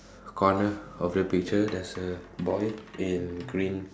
corner of the picture there's a boy in green